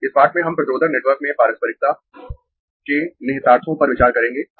इस पाठ में हम प्रतिरोधक नेटवर्क में पारस्परिकता के निहितार्थों पर विचार करेंगें